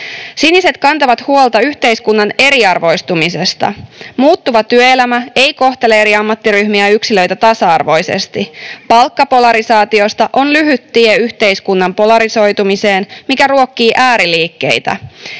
Siniset kantavat huolta yhteiskunnan eriarvoistumisesta. Muuttuva työelämä ei kohtele eri ammattiryhmiä ja yksilöitä tasa-arvoisesti. Palkkapolarisaatiosta on lyhyt tie yhteiskunnan polarisoitumiseen, mikä ruokkii ääriliikkeitä.